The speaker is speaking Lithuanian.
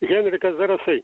henrikas zarasai